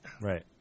Right